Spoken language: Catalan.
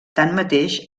tanmateix